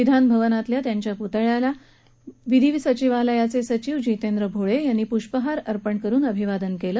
विधान भवनातल्या त्यांच्या पुतळ्याला विधी सचिवालयाचे सचिव जितेंद्र भोळे यांनी पुष्पहार अर्पण करून अभिवादन केलं